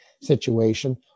situation